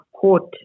court